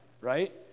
right